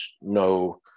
No